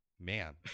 Man